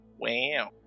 Wow